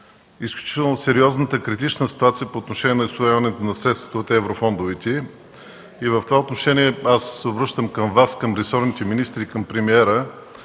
изключително сериозната критична ситуация по отношение на усвояването на средствата от еврофондовете и в това отношение аз се обръщам към Вас, към ресорните министри и към премиера